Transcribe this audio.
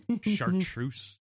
chartreuse